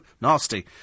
nasty